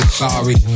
sorry